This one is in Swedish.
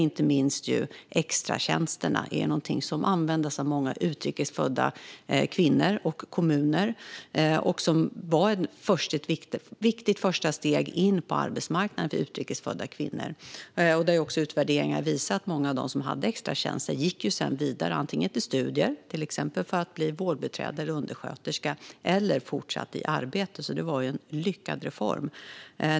Inte minst extratjänsterna användes av många utrikes födda kvinnor och kommuner och var ett viktigt första steg in på arbetsmarknaden för utrikes födda kvinnor. Utvärderingar har också visat att många av dem som hade extratjänster sedan gick vidare antingen till studier, till exempel för att bli vårdbiträde eller undersköterska, eller till fortsatt arbete. Det var alltså en lyckad reform.